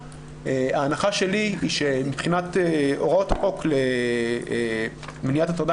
ההנחה שלי היא שמבחינת הוראות החוק למניעת הטרדה